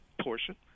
portion